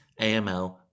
AML